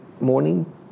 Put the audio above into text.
morning